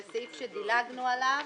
זה סעיף שדילגנו עליו.